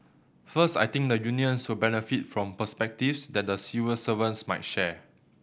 first I think the unions will benefit from perspectives that the civil servants might share